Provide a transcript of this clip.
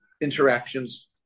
interactions